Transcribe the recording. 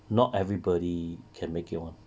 not everybody can make it [one]